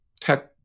tech